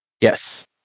Yes